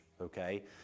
Okay